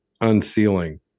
unsealing